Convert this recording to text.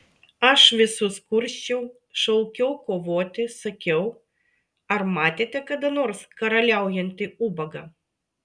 aš visus kursčiau šaukiau kovoti sakiau ar matėte kada nors karaliaujantį ubagą